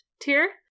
tier